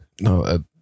no